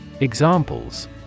Examples